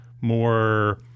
more